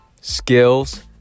skills